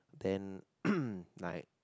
then like